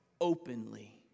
openly